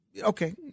Okay